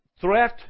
threat